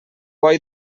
boi